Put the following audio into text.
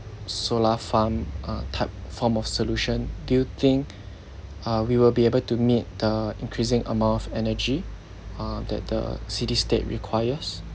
solar farm uh type form of solution do you think uh we will be able to meet the increasing amount of energy uh that the city state requires